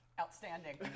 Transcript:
Outstanding